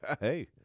hey